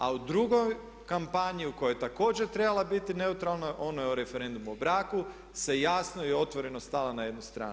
A u drugoj kampanji u kojoj je također trebala biti neutralna, onoj o referendumu o braku se jasno i otvoreno stala na jednu stranu.